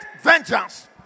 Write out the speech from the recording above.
vengeance